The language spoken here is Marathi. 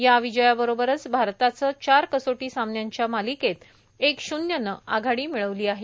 या विजया बरोबरच भारताचं चार कसोटी सामन्यांच्या मालिकेत एक शून्यनं आघाडी मिळवली आहे